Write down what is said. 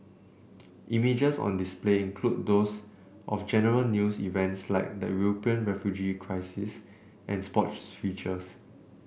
images on display include those of general news events like the European refugee crisis and sports features